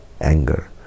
anger